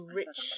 rich